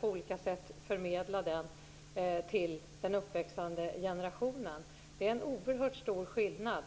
på olika sätt försöka förmedla detta till den uppväxande generationen. Det är en oerhört stor skillnad.